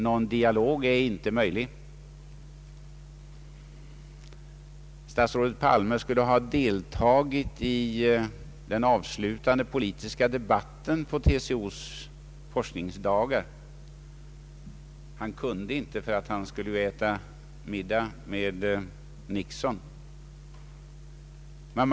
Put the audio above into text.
Någon dialog är inte tänkbar. Statsrådet Palme skulle t.ex. ha deltagit i den avslutande forskningspolitiska debatten under TCO:s forskningsdagar i höstas. Han kunde det inte därför att han skulle äta middag med president Nixon.